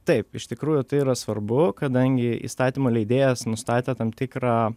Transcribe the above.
taip iš tikrųjų tai yra svarbu kadangi įstatymų leidėjas nustatė tam tikrą